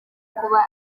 kuba